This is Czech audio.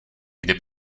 kde